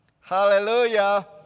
Hallelujah